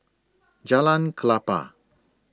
Jalan Klapa